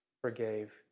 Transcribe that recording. forgave